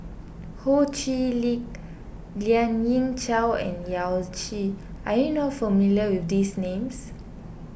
Ho Chee Lick Lien Ying Chow and Yao Zi are you not familiar with these names